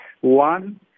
One